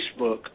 Facebook